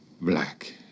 Black